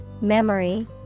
memory